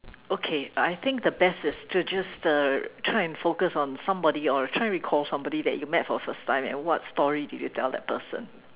okay I think the best is to just uh try and focus on somebody or try recall somebody that you met for the first time and what story did you tell that person